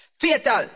Fatal